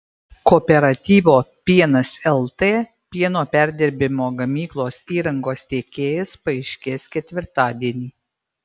kooperatyvo pienas lt pieno perdirbimo gamyklos įrangos tiekėjas paaiškės ketvirtadienį